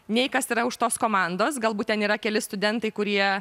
nei kas yra už tos komandos galbūt ten yra keli studentai kurie